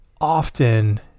often